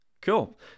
cool